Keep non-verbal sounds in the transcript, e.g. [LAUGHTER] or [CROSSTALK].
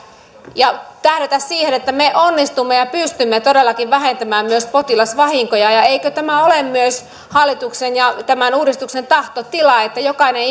ja tähdätä siihen että me onnistumme ja pystymme todellakin vähentämään myös potilasvahinkoja eikö tämä ole myös hallituksen ja tämän uudistuksen tahtotila että jokainen [UNINTELLIGIBLE]